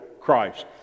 christ